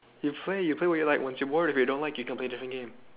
you play you play what you like once you bored of it you don't like you go play different game